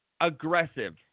aggressive